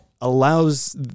allows